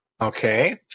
Okay